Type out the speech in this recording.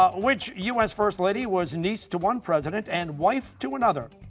um which u s. first lady was niece to one president and wife to another?